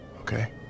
okay